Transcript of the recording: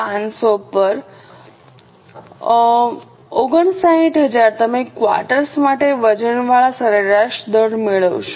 227500 પર 59000 તમે ક્વાર્ટર માટે વજનવાળા સરેરાશ દર મેળવશો